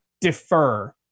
defer